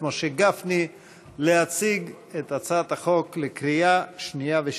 משה גפני להציג את הצעת החוק לקריאה שנייה ושלישית.